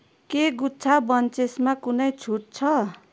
के गुच्छा बन्चेसमा कुनै छुट छ